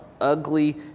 ugly